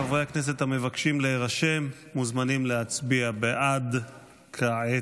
חברי הכנסת המבקשים להירשם מוזמנים להצביע בעד כעת.